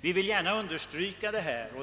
Vi vill gärna understryka detta.